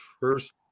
first